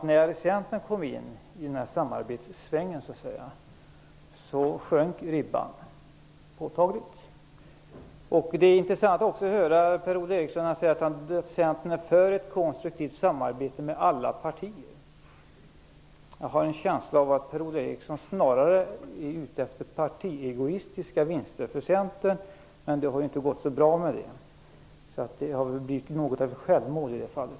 När Centern kom in i samarbetssvängen sjönk ribban påtagligt. Det är också intressant att höra Per-Ola Eriksson när han säger att Centern är för ett konstruktivt samarbete med alla partier. Jag har en känsla av att Per Ola Eriksson snarare är ute efter partiegoistiska vinster för Centern. Men det har ju inte gått så bra med det. Det har väl blivit något av ett självmål i det fallet.